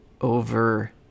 over